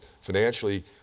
financially